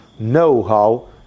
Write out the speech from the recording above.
know-how